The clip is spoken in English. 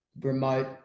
remote